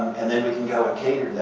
and then we can go and cater